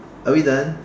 are we done